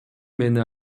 мени